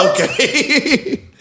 Okay